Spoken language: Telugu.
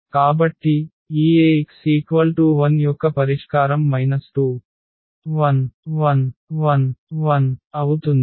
కాబట్టి ఈ Ax 0 యొక్క పరిష్కారం 2 1 0 0 0 అవుతుంది